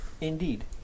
Indeed